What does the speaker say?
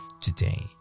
today